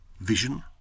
vision